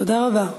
תודה רבה.